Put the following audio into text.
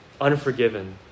unforgiven